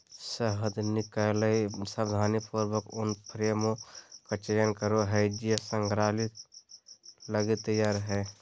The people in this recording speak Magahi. शहद निकलैय सावधानीपूर्वक उन फ्रेमों का चयन करो हइ जे संग्रह लगी तैयार हइ